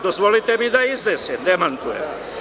Dozvolite mi da iznesem i demantujem.